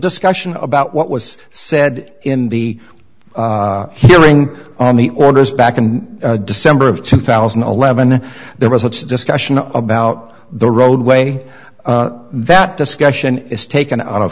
discussion about what was said in the hearing on the orders back and december of two thousand and eleven there was a discussion about the roadway that discussion is taken out of